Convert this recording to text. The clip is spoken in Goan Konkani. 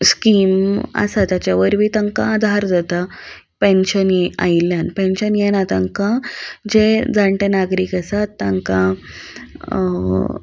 स्कीम आसा ताचे वयर बी तांकां आजार जाता पेन्शन आयिल्ल्यान पेन्शन येना तांकां जे जाणटे नागरीक आसात तांकां